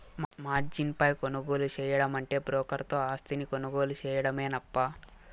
margin పై కొనుగోలు సేయడమంటే బ్రోకర్ తో ఆస్తిని కొనుగోలు సేయడమేనప్పా